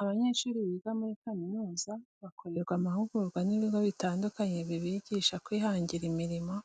Abanyeshuri biga muri kaminuza, bakorerwa amahugurwa n'ibigo bitandukanye bibigisha kwihangira imirimo